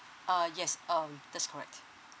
uh yes um that's correct